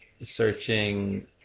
searching